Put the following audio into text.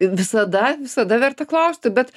visada visada verta klausti bet